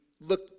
Look